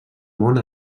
mont